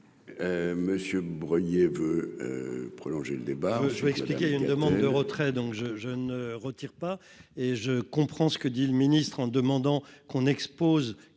Monsieur Breuiller veut prolonger le débat